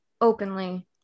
openly